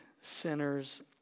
sinners